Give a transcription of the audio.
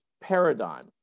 paradigm